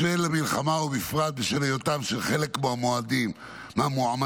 בשל המלחמה ובפרט בשל היותם של חלק מהמועמדים ובאי